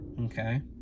Okay